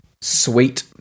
sweet